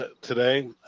today